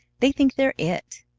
they think they're it!